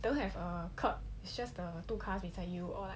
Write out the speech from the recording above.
they'll have a curb it's just the two cars beside you or